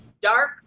Dark